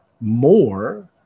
more